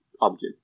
object